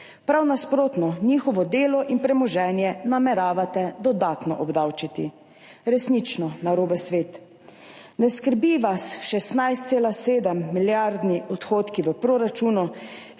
Prav nasprotno, njihovo delo in premoženje nameravate dodatno obdavčiti. Resnično narobe svet. Ne skrbijo vas 16,7-milijardni odhodki v proračunu,